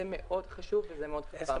זה מאוד חשוב וזה מאוד חכם.